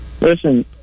Listen